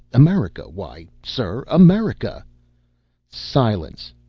america why, sir, america silence!